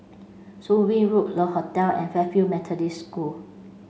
Soon Wing Road Le Hotel and Fairfield Methodist School